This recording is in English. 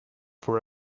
for